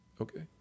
okay